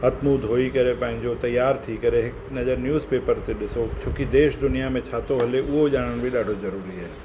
हथु मुंहुं धोई खे पंहिंजो तयार थी करे हिकु नज़र न्यूज़ पेपर खे ॾिसो छो कि देश दुनिया में छातो हले उहो ॼाणण बि ॾाढो ज़रूरी आहे